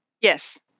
Yes